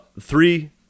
three